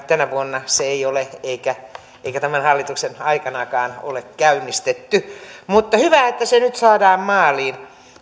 tänä vuonna sitä ei ole eikä tämän hallituksen aikanakaan käynnistetty mutta hyvä että se nyt saadaan maaliin